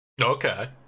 Okay